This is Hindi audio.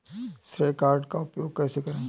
श्रेय कार्ड का उपयोग कैसे करें?